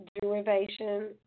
derivation